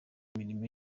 mirimo